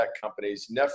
companies